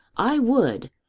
i would,